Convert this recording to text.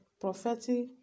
prophetic